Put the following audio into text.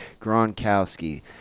Gronkowski